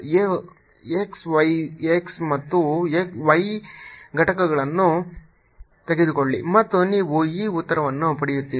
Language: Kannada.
x y x ಮತ್ತು y ಘಟಕಗಳನ್ನು ತೆಗೆದುಕೊಳ್ಳಿ ಮತ್ತು ನೀವು ಈ ಉತ್ತರವನ್ನು ಪಡೆಯುತ್ತೀರಿ